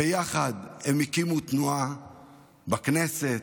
וביחד הם הקימו תנועה בכנסת,